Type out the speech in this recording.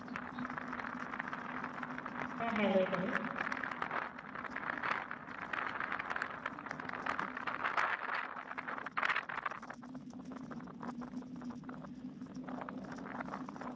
ᱦᱮᱸ ᱦᱮᱸ ᱞᱟᱹᱭ ᱫᱟᱞᱤᱧ